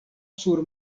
sur